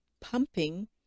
pumping